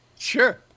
Sure